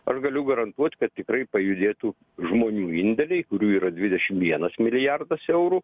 aš galiu garantuot kad tikrai pajudėtų žmonių indėliai kurių yra dvidešim vienas milijardas eurų